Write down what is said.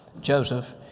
Joseph